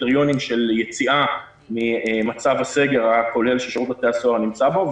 קריטריונים של יציאה ממצב הסגר הכולל ששירות בתי הסוהר נמצא בו,